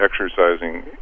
exercising